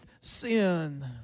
sin